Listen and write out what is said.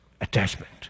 attachment